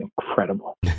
incredible